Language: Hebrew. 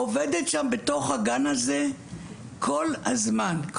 אני עובדת שם בתוך הגן הזה כל הזמן,